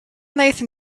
nathan